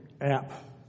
app